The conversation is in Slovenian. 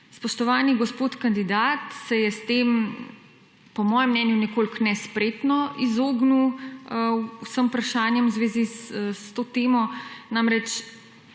Spoštovani gospod kandidat se je s tem, po mojem mnenju, nekoliko nespretno izognil vsem vprašanjem v zvezi s to temo. Namreč,